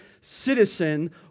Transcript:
citizen